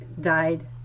died